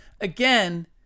Again